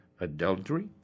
adultery